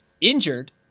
injured